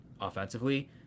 offensively